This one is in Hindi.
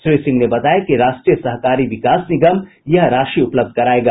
श्री सिंह ने बताया कि राष्ट्रीय सहकारी विकास निगम यह राशि उपलब्ध करायेगा